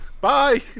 bye